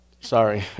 sorry